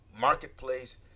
marketplace